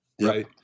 right